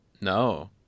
no